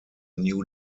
new